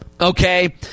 Okay